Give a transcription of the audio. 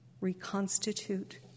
reconstitute